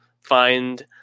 find